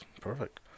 Perfect